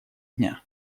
дня